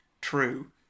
true